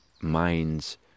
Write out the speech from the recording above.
minds